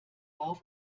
auf